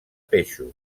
peixos